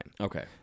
Okay